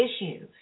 issues